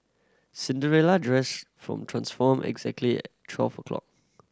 Cinderella dress transformed exactly twelve o'clock